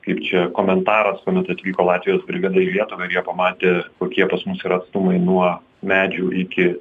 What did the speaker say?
kaip čia komentaras kuomet atvyko latvijos brigada į lietuvą ir jie pamatė kokie pas mus yra atstumai nuo medžių iki